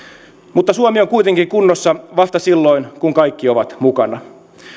mutta suomi on kuitenkin kunnossa vasta silloin kun kaikki ovat mukana